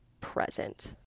present